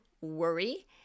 worry